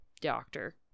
doctor